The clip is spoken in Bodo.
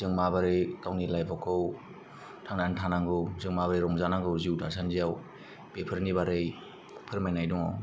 जों माबोरै गावनि लाइपखौ थांनानै थानांगौ जों माबोरै रंजानांगौ जिउ थासान्दियाव बेफोरनि बारै फोरमायनाय दङ